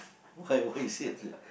why why you said